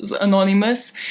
Anonymous